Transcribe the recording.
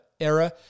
era